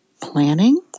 planning